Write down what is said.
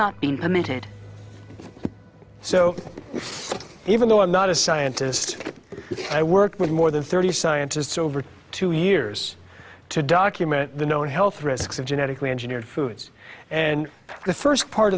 not been permitted so even though i'm not a scientist i worked with more than thirty scientists over two years to document the known health risks of genetically engineered foods and the first part